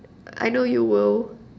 I know you'll will